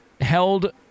held